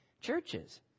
churches